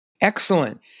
Excellent